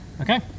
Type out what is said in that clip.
Okay